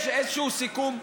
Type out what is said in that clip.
יש איזשהו סיכום.